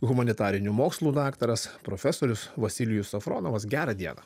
humanitarinių mokslų daktaras profesorius vasilijus safronovas gerą dieną